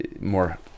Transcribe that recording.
more